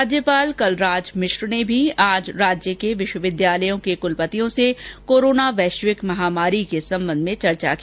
राज्यपाल कलराज मिश्र ने आज राज्य के विश्वविद्यालयों के कुलपतियों से कोरोना वैश्विक महामारी के संबंध में चर्चा की